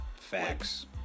Facts